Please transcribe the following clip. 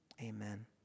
Amen